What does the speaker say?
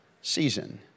season